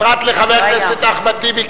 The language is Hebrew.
פרט לחבר הכנסת אחמד טיבי,